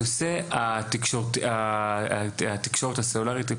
הנושא של התקשורת הסלולרית,